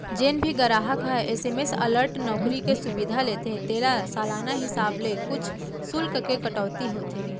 जेन भी गराहक ह एस.एम.एस अलर्ट नउकरी के सुबिधा लेथे तेला सालाना हिसाब ले कुछ सुल्क के कटौती होथे